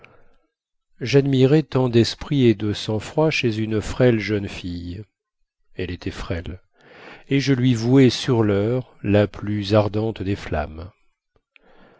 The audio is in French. jadmirai tant desprit et de sang-froid chez une frêle jeune fille elle était frêle et je lui vouai sur lheure la plus ardente des flammes